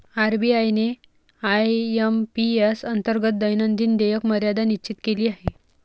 RBI ने IMPS अंतर्गत दैनंदिन देयक मर्यादा निश्चित केली आहे